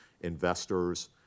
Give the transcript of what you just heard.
investors